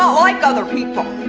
like other people.